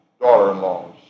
daughter-in-laws